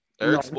Eric